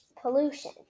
Pollution